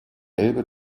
elbe